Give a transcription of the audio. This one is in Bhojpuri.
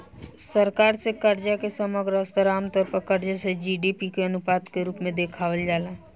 सरकार से कर्जा के समग्र स्तर आमतौर पर कर्ज से जी.डी.पी के अनुपात के रूप में देखावल जाला